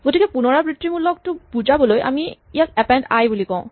গতিকে পূণৰাবৃত্তিমূলকটো বুজাবলৈ আমি ইয়াক এপেন্ড আই বুলি কওঁ